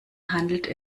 handelt